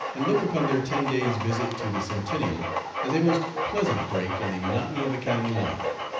and look upon their ten days' visit to the centennial as a most pleasant break in the monotony of academy life.